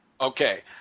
Okay